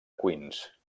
queens